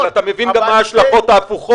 אבל זה --- אתה מבין גם מה השלכות ההפוכות,